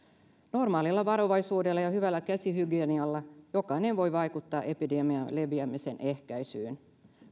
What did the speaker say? normaalilla varovaisuudella ja hyvällä käsihygienialla jokainen voi vaikuttaa epidemian leviämisen ehkäisyyn